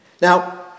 Now